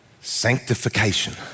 Sanctification